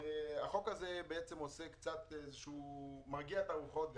החוק הזה מרגיע את הרוחות גם,